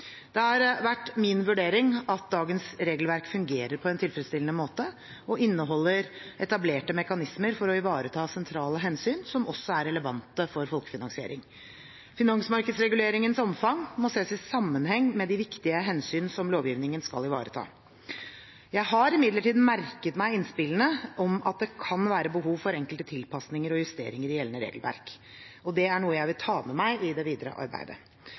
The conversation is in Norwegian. Det har vært min vurdering at dagens regelverk fungerer på en tilfredsstillende måte, og inneholder etablerte mekanismer for å ivareta sentrale hensyn, som også er relevante for folkefinansiering. Finansmarkedsreguleringens omfang må ses i sammenheng med de viktige hensyn som lovgivningen skal ivareta. Jeg har imidlertid merket meg innspillene om at det kan være behov for enkelte tilpasninger og justeringer i gjeldende regelverk. Det er noe jeg vil ta med meg i det videre arbeidet.